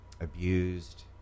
abused